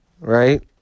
Right